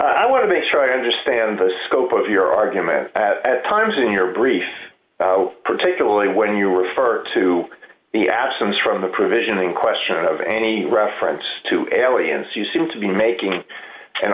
i want to make sure i understand the scope of your argument times in your brief particularly when you refer to the absence from the provision in question of any reference to aliens you seem to be making an